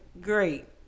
great